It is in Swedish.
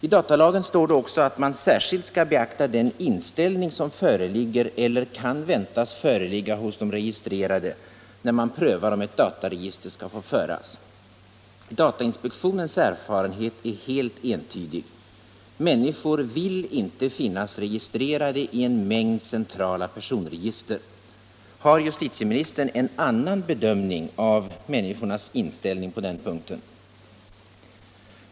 I datalagen står det också att man särskilt skall beakta den inställning som föreligger eller kan väntas föreligga hos de registrerade, när man prövar om ett dataregister skall få föras. Datainspektionens erfarenhet är helt entydig: människor vill inte finnas registrerade i en mängd centrala personregister. Har justitieministern en annan bedömning av människors inställning på den punkten?